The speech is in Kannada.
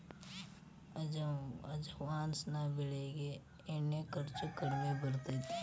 ಅಜವಾನ ಬೆಳಿಗೆ ಎಣ್ಣಿ ಖರ್ಚು ಕಡ್ಮಿ ಬರ್ತೈತಿ